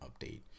update